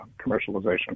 commercialization